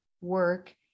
work